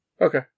Okay